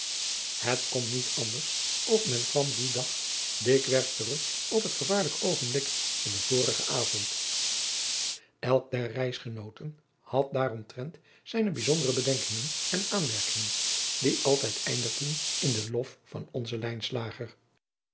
et kon niet anders of men kwam dien dag dikwerf terug op het gevaarlijk oogenblik van den vorigen avond lk der reisgenooten had daaromtrent zijne bijzondere bedenkingen en aanmerkingen die altijd eindigden in den lof van onzen